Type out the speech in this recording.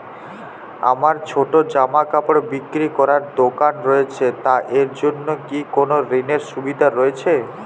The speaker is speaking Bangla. আমার ছোটো জামাকাপড় বিক্রি করার দোকান রয়েছে তা এর জন্য কি কোনো ঋণের সুবিধে রয়েছে?